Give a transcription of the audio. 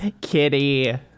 kitty